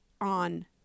on